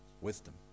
wisdom